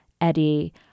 Eddie